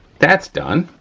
that's done.